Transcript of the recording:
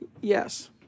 Yes